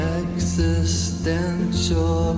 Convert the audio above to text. existential